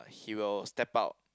he will step out